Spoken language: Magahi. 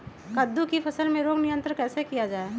कददु की फसल में रोग नियंत्रण कैसे किया जाए?